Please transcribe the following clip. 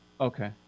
Okay